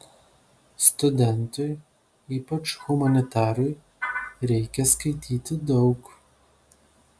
studentui ypač humanitarui reikia skaityti daug